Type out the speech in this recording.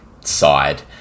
side